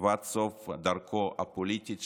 ועד סוף דרכו הפוליטית,